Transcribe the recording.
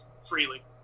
freely